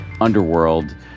underworld